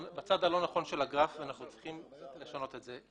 לשנות את זה.